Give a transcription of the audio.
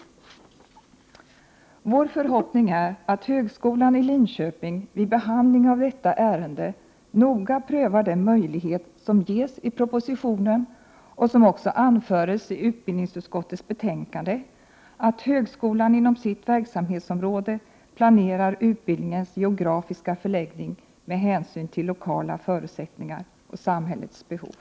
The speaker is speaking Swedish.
Vår förhoppning är att högskolan i Linköping vid behandling av detta ärende noga prövar den möjlighet som ges i propositionen och som också anförs i utbildningsutskottets betänkande, nämligen att inom sitt verksamhetsområde planera utbildningens geografiska förläggning med hänsyn till lokala förutsättningar och samhällets behov.